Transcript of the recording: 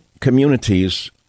communities